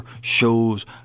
shows